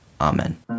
Amen